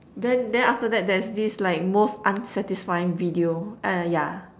then then after that there is like most unsatisfying video uh ya